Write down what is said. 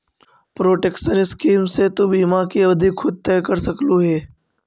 protection scheme से तु बीमा की अवधि खुद तय कर सकलू हे